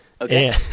Okay